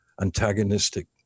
antagonistic